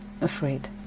afraid